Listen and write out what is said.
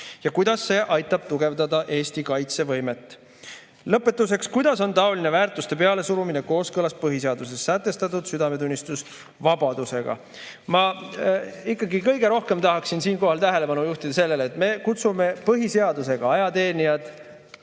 Ja kuidas see aitab tugevdada Eesti kaitsevõimet? Lõpetuseks: kuidas on taoline väärtuste pealesurumine kooskõlas põhiseaduses sätestatud südametunnistusvabadusega? Ma ikkagi kõige rohkem tahaksin siinkohal tähelepanu juhtida sellele, et me kutsume põhiseadusega ajateenijad